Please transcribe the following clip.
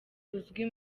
uzwi